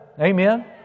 Amen